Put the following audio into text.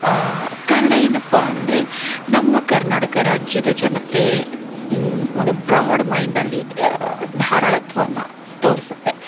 ಕಾರಣ ಏನಪ್ಪ ಅಂದರೆ ನಮ್ಮ ಕರ್ನಾಟಕ ರಾಜ್ಯದ ಜನತೆ ಒಂದು ಬ್ರೋಡ್ ಮೈಂಡಲ್ಲಿ ಧಾರಾಳತ್ವವನ್ನು ತೋರಿಸುತ್ತೆ